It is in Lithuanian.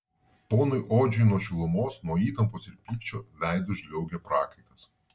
ponui odžiui nuo šilumos nuo įtampos ir pykčio veidu žliaugė prakaitas